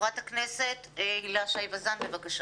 חה"כ הילה שי-וזאן בבקשה.